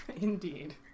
Indeed